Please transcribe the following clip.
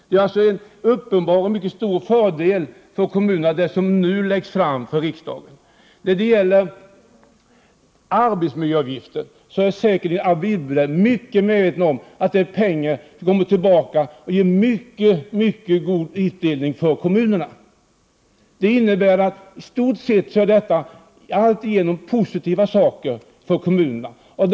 Det förslag som nu har lagts fram för riksdagen innebär uppenbarligen mycket stora fördelar för kommunerna. Vad gäller arbetsmiljöavgiften är jag säker på att Anne Wibble är väl medveten om att pengarna kommer tillbaka och ger en mycket bra utdelning för kommunerna. I stort sett är allt positivt för kommunerna i förslaget.